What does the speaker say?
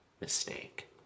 mistake